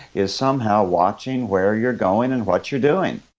is somehow watching, where you're going and what you're doing.